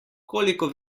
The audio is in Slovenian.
koliko